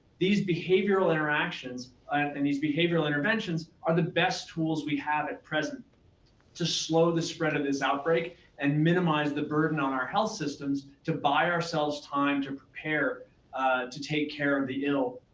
these behavioral interactions and these behavioral interventions are the best tools we have at present to slow the spread of this outbreak and minimize the burden on our health systems to buy ourselves time to prepare to take care of the ill